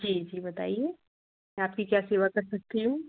जी जी बताइए मैं आपकी क्या सेवा कर सकती हूँ